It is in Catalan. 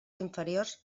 inferiors